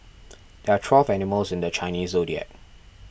there are twelve animals in the Chinese zodiac